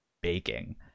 baking